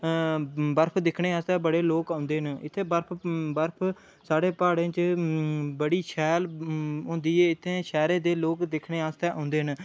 हां बर्फ दिक्खने आस्तै लोक बड़े बड़े दूरों औंदे न इत्थै बर्फ साढ़े प्हाड़ें च बड़ी शैल होंदी ऐ इत्थै शैह्रे दे लोक दिक्खने आस्तै औंदे न